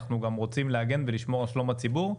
אנחנו גם רוצים להגן ולשמור על שלום הציבור.